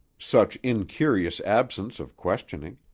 such incurious absence of questioning.